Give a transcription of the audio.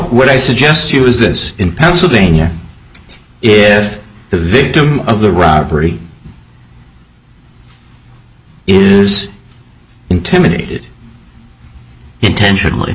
what i suggest you is this in pennsylvania if the victim of the robbery is intimidated intentionally